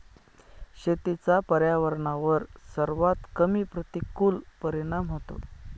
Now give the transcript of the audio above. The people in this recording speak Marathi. शेतीचा पर्यावरणावर सर्वात कमी प्रतिकूल परिणाम होतो